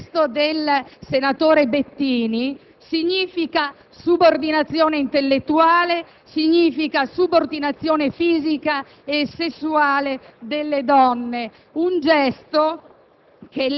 Il gesto del senatore Bettini significa subordinazione intellettuale, significa subordinazione fisica e sessuale delle donne; è un gesto